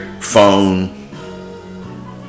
phone